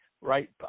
right